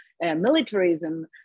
militarism